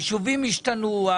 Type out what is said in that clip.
היישובים השתנו,